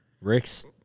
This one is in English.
Rick's